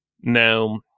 Now